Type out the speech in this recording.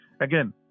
again